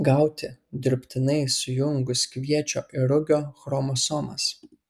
gauti dirbtinai sujungus kviečio ir rugio chromosomas